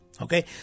Okay